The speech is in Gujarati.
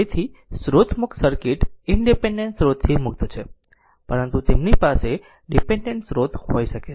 તેથી સ્રોત મુક્ત સર્કિટ ઇનડીપેનડેન્ટ સ્રોતથી મુક્ત છે પરંતુ તેમની પાસે ડીપેનડેન્ટ સ્રોત હોઈ શકે છે